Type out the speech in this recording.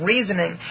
Reasoning